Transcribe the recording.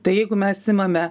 tai jeigu mes imame